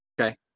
Okay